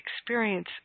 experience